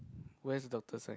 where's doctor sign